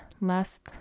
last